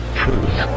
truth